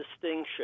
distinction